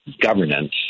governance